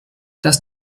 dass